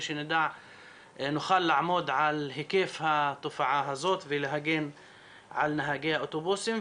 שנוכל לעמוד על היקף התופעה הזאת ולהגן על נהגי האוטובוסים.